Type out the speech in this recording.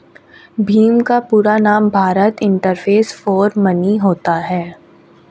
भीम का पूरा नाम भारत इंटरफेस फॉर मनी होता है